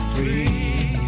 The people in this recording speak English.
Free